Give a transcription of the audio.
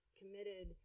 committed